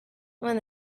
when